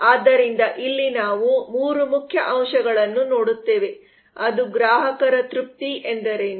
ಆದ್ದರಿಂದ ಇಲ್ಲಿ ನಾವು 3 ಮುಖ್ಯ ಅಂಶಗಳನ್ನು ನೋಡುತ್ತೇವೆ ಅದು ಗ್ರಾಹಕರ ತೃಪ್ತಿ ಎಂದರೇನು